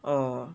or